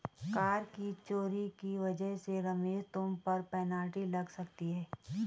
कर की चोरी की वजह से रमेश तुम पर पेनल्टी लग सकती है